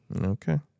Okay